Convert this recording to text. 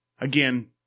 again